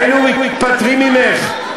היינו נפטרים ממך.